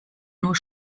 nur